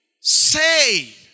say